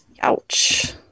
Ouch